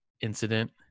incident